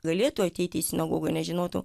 galėtų ateit į sinagogą nežinotų